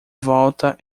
volta